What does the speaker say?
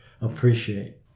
appreciate